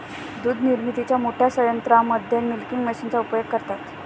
दूध निर्मितीच्या मोठ्या संयंत्रांमध्ये मिल्किंग मशीनचा उपयोग करतात